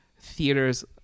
theaters